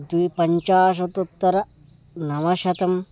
द्विपञ्चाशदुत्तर नवशतम्